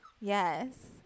yes